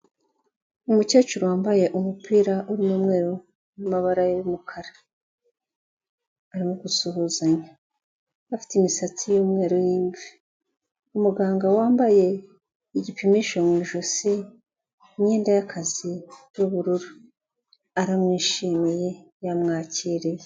Umukecuru wambaye umupira urimo umweru n'amabara y'umukara, arimo gusuhuzanya, bafite imisatsi y'umweru y'imvi, umuganga wambaye igipimisho mu ijosi, imyenda y'akazi y'ubururu, aramwishimiye yamwakiriye.